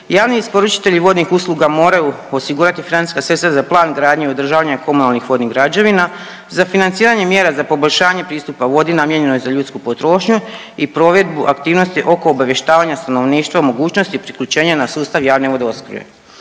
Javni isporučitelji vodnih usluga moraju osigurati financijska sredstva za plan gradnje i održavanje komunalnih vodnih građevina, za financiranje mjera za poboljšanje pristupa vodi namijenjenoj za ljudsku potrošnju i provedbu aktivnosti oko obavještavanja stanovništva, mogućnosti priključenja na sustav javne vodoopskrbe.